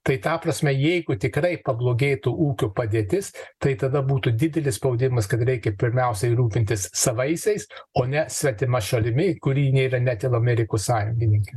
tai ta prasme jeigu tikrai pablogėtų ūkio padėtis tai tada būtų didelis spaudimas kad reikia pirmiausiai rūpintis savaisiais o ne svetima šalimi kuri nėra net ir amerikos sąjungininkė